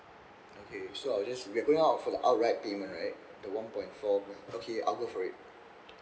okay so I'll just we're going out for the outright payment right the one point four okay I'll go for it